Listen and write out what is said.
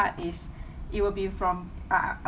is it will be from uh